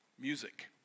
Music